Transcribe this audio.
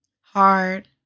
Hard